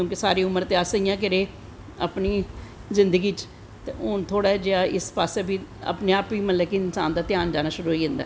क्योंकि सारी उमर ते अस इयां गै रेह् अपनी जिन्दगी च ते हून थोह्ड़ा जेहा इस पास्सै बी अपनैं आप गै मतलव कि इंसान दा ध्यान जाना शुरु होई जंदा ऐ